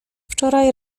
wczoraj